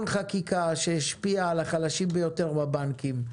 חקיקה שהשפיעה על החלשים ביותר בבנקים,